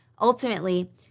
Ultimately